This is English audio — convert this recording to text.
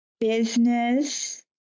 Business